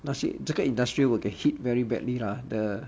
那些这个 industrial will get hit very badly lah the